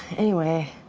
anyway.